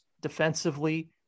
defensively